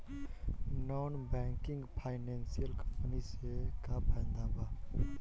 Non banking financial company से का फायदा बा?